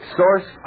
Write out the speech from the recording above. source